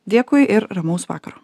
dėkui ir ramaus vakaro